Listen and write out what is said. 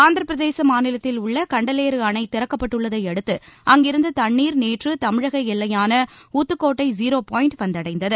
ஆந்திரபிரதேச மாநிலத்தில் உள்ள கண்டலேறு அணை திறக்கப்பட்டுள்ளதையடுத்து அங்கிருந்து தண்ணீர் நேற்று தமிழக எல்லையான ஊத்துக்கோட்டை ஜீரோ பாய்ண்ட் வந்தடைந்தது